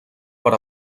per